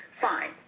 fine